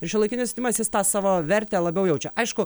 ir šiuolaikinis nimas jis tą savo vertę labiau jaučia aišku